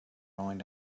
rolling